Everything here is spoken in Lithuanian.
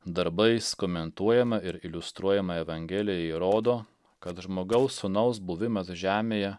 darbais komentuojama ir iliustruojama evangelija įrodo kad žmogaus sūnaus buvimas žemėje